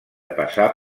passar